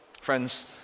Friends